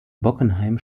bockenheim